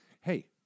hey